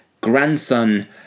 grandson